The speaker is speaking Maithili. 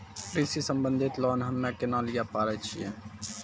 कृषि संबंधित लोन हम्मय केना लिये पारे छियै?